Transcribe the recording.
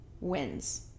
wins